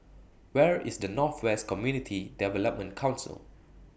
Where IS The North West Community Development Council